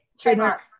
Trademark